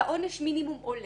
ועונש המינימום עולה.